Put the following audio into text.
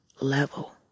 level